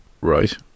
Right